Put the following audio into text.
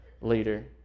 later